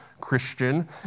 Christian